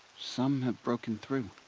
some have broken through.